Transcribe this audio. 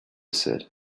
said